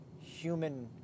human